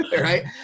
right